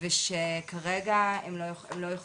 ושכרגע הן לא יכולות,